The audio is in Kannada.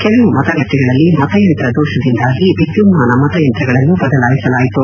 ಕೆಲವು ಮತಗಟ್ಟೆಗಳಲ್ಲಿ ಮತಯಂತ್ರ ದೋಷದಿಂದಾಗಿ ವಿದ್ಯುನ್ಮಾನ ಮತಯಂತ್ರಗಳನ್ನು ಬದಲಾಯಿಸಲಾಯಿತು